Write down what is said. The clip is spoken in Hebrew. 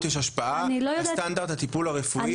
יש השפעה על סטנדרט הטיפול הרפואי,